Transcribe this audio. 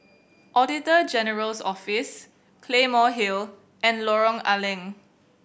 Auditor General's Office Claymore Hill and Lorong A Leng